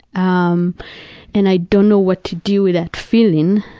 um and i don't know what to do with that feeling,